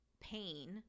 pain